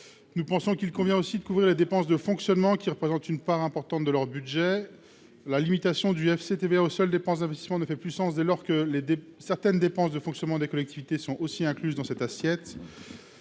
nous, il convient de couvrir aussi les dépenses de fonctionnement, qui représentent une part importante de leur budget. La limitation aux seules dépenses d'investissement ne fait plus sens dès lors que certaines dépenses de fonctionnement des collectivités sont aussi incluses dans l'assiette